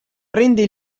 prende